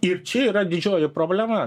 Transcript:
ir čia yra didžioji problema